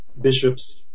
bishops